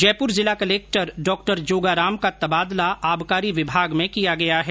जयपुर जिला कलक्टर डॉ जोगाराम का तबादला आबकारी विभाग में किया गया है